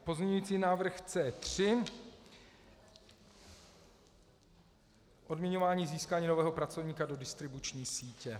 Pozměňující návrh C3 odměňování získání nového pracovníka do distribuční sítě.